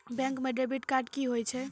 Bank म debit card की होय छै?